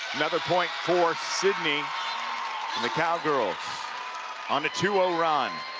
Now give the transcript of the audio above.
another point for sidney and the cowgirls on a two zero run.